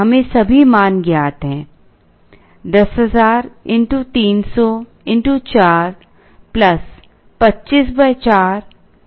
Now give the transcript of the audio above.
हमें सभी मान ज्ञात है 10000 x 300 x 4 25 4 x 25